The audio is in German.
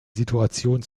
situation